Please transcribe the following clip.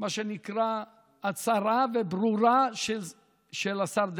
מה שנקרא הצהרה ברורה של השר דרעי.